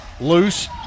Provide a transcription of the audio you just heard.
Loose